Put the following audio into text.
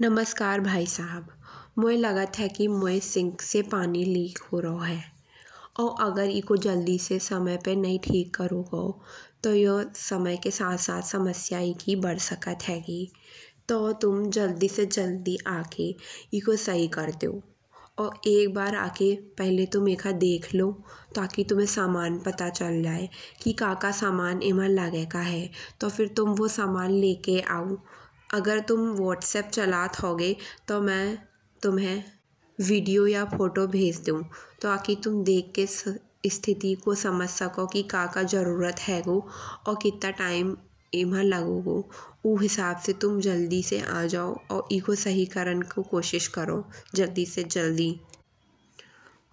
नमस्कार भाईसाहब मोये लागत है कि मोये सिंक से पानी लीक हो राओ है। और अगर एको जल्दी से समय पे नई ठीक करो गाओ। तो यो समय के साथ साथ समस्या एकी बढ़ सकत हेगी। तो तुम जल्दी से जल्दी आके एको सही कर देओ। और एक बार आये पहिले तुम एका देख लो। ताकि तुमे समान पता चल जाए। कि का का समान एमा लगे का ह। तो फिर तुम वो समान लेके आऊ। अगर तुम व्हाट्सएप चलत होगे तो मै तुम्हे वीडियो या फोटो भेज दू। ताकि तुम देख के स्थिति को समझ सको कि का का जरूरत हेगो और किता टाइम एमा लागो हो। ऊ हिसाब से तुम जल्दी से आ जाओ और एको सही करण को कोशिश करो जल्दी से जल्दी।